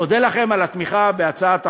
אודה לכם על התמיכה בהצעת החוק.